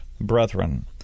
brethren